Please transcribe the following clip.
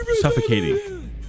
Suffocating